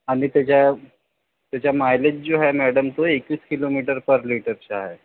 आणि त्याचा त्याचा मायलेज जो आहे मॅडम तो एकवीस किलोमीटर पर लिटरचा आहे